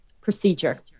procedure